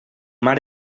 mar